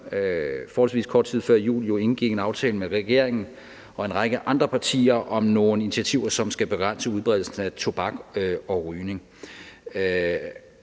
forholdsvis kort tid før jul indgik en aftale med regeringen og en række andre partier om nogle initiativer, som skal begrænse udbredelsen af tobak og rygning.